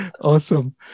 Awesome